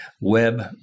web